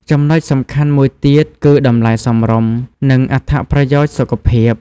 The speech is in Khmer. ចំណុចសំខាន់មួយទៀតគឺ តម្លៃសមរម្យ និងអត្ថប្រយោជន៍សុខភាព។